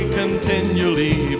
continually